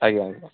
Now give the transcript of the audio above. ଆଜ୍ଞା ଆଜ୍ଞା